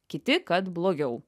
kiti kad blogiau